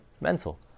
Mental